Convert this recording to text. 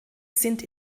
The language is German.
sind